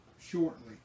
shortly